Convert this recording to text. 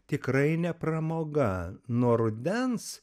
tikrai ne pramoga nuo rudens